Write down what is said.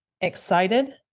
excited